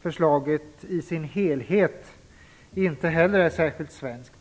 förslaget i sin helhet inte heller är särskilt svenskt.